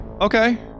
Okay